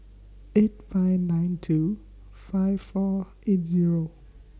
eight five nine two five four eight Zero